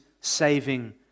saving